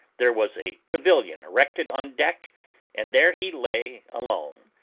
there was a pavilion erected on deck and there he lay alone,